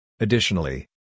Additionally